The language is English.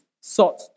sought